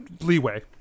leeway